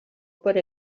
per